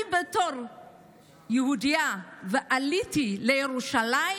אני, בתור יהודייה שעלתה לירושלים,